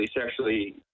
sexually